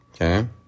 Okay